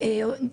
סנגור,